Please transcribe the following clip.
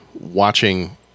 watching